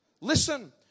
Listen